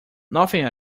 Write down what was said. nothing